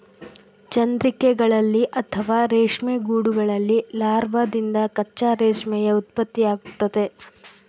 ಚಂದ್ರಿಕೆಗಳಲ್ಲಿ ಅಥವಾ ರೇಷ್ಮೆ ಗೂಡುಗಳಲ್ಲಿ ಲಾರ್ವಾದಿಂದ ಕಚ್ಚಾ ರೇಷ್ಮೆಯ ಉತ್ಪತ್ತಿಯಾಗ್ತತೆ